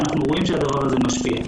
אנחנו רואים שהדבר הזה משפיע.